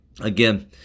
again